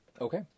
Okay